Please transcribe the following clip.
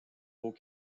faux